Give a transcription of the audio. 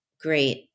great